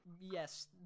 Yes